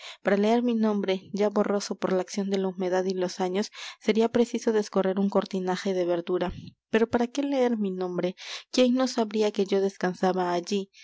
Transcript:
para leer mi nombre ya borroso por la acción de la humedad y los años sería preciso descorrer un cortinaje de verdura pero para qué leer mi nombre quién no sabría que yo descansaba allí